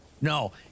No